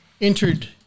entered